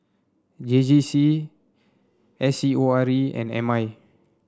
J J C S C O R E and M I